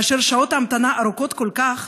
כאשר שעות ההמתנה ארוכות כל כך,